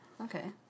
Okay